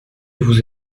vous